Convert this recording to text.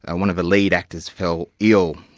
ah one of the lead actors fell ill.